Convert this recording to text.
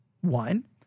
One